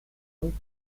und